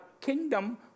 kingdom